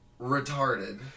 retarded